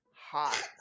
hot